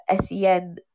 SEN